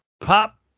Pop